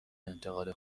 انتقال